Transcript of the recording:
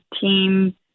team